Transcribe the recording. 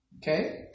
Okay